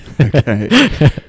Okay